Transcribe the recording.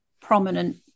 prominent